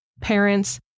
parents